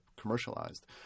commercialized